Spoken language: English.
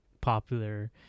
popular